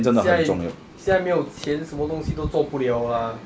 现在现在没有钱什么东西都做不 liao lah